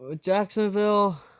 jacksonville